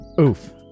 Oof